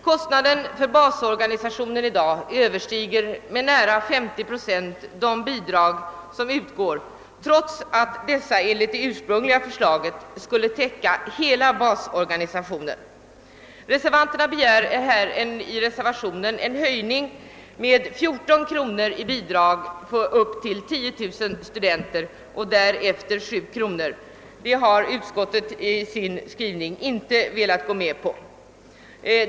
Kostnaden för basorganisationen överstiger i dag med nära 50 procent de bidrag som utgår, trots att dessa enligt det ursprungliga förslaget skulle täcka hela basorganisationen. I reservationen 11 begärs att 14 kronor skall utgå i bidrag för varje studerande intill ett antal av 10 000 och därefter 7 kronor. Det har utskottet inte velat gå med på.